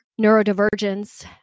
Neurodivergence